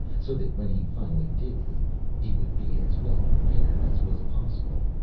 so that when he finally did leave he would be as well prepared as was possible.